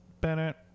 Bennett